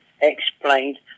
explained